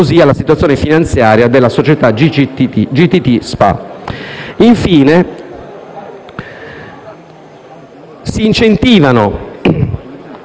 alla situazione finanziaria della società GTT SpA. Infine, con un intervento